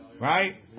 right